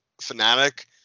fanatic